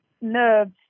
nerves